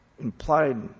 implied